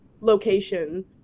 location